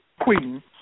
queen